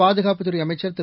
பாதுகாப்புத்துறை அமைச்சர் திரு